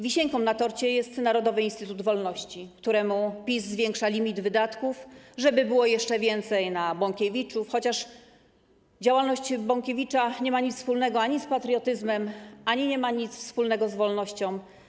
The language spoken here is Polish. Wisienką na torcie jest Narodowy Instytut Wolności, któremu PiS zwiększa limit wydatków, żeby było jeszcze więcej na Bąkiewiczów, chociaż działalność Bąkiewicza ani nie ma nic wspólnego z patriotyzmem, ani nie ma nic wspólnego z wolnością.